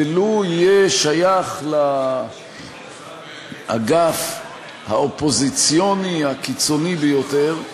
ולו יהיה שייך לאגף האופוזיציוני הקיצוני ביותר,